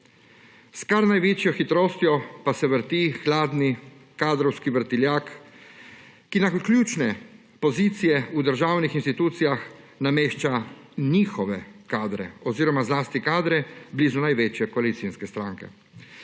S kar največjo hitrostjo pa se vrti hladni kadrovski vrtiljak, ki na ključne pozicije v državnih institucijah namešča njihove kadre oziroma zlasti kadre blizu največje koalicijske stranke.